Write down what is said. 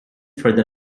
for